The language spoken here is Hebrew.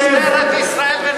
משטרת ישראל.